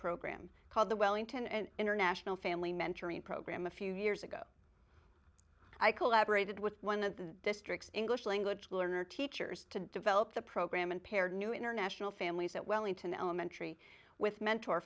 program called the wellington and international family mentoring program a few years ago i collaborated with one of the district's english language learner teachers to develop the program and pair new international families at wellington elementary with mentor